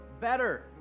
better